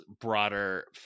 broader